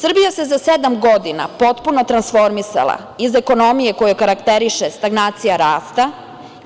Srbija se za sedam godina potpuno transformisala, iz ekonomije koju karakteriše stagnacija rasta